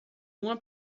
uma